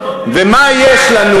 ומה יש לנו?